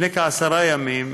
לפני כעשרה ימים